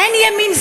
אין ימין,